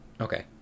okay